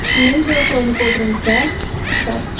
நெய் தோசை ஒன்று போட்டிருங்க சார் ப